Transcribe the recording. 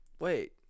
wait